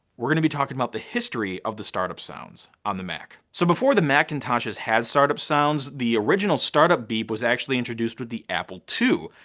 we're gonna be talking about the history of the startup sounds on the mac. so before the macintoshes had startup sounds, the original startup beep was actually introduced with the apple ii.